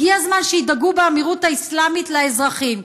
הגיע הזמן שידאגו באמירות האסלאמית לאזרחים.